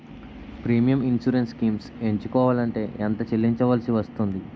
Premium insurance schemes ఎంచుకోవలంటే ఎంత చల్లించాల్సివస్తుంది??